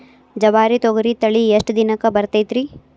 ಜವಾರಿ ತೊಗರಿ ತಳಿ ಎಷ್ಟ ದಿನಕ್ಕ ಬರತೈತ್ರಿ?